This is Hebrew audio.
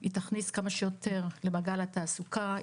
היא תכניס כמה שיותר אנשים למעגל התעסוקה,